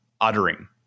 uttering